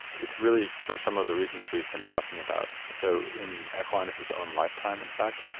it's really for some of the reasons we've been talking about. so, in aquinas's own lifetime, in fact,